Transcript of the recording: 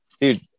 Dude